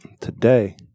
today